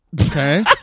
okay